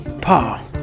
Pa